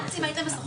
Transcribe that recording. עם נאצים היית משוחח?